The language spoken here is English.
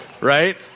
right